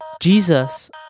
Jesus